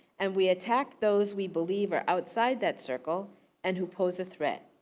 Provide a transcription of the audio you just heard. and we attack those we believe are outside that circle and who pose a threat.